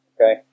Okay